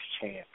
chance